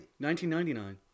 1999